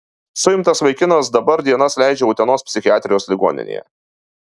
suimtas vaikinas dabar dienas leidžia utenos psichiatrijos ligoninėje